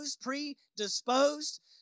predisposed